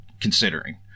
considering